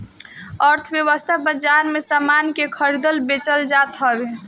अर्थव्यवस्था बाजार में सामान के खरीदल बेचल जात हवे